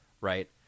right